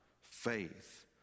faith